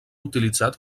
utilitzat